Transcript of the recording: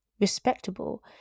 respectable